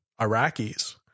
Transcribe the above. Iraqis